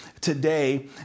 today